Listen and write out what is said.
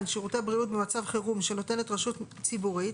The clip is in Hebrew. שירותי בריאות במצב חירום שנותנת רשות ציבורית,